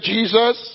Jesus